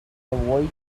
white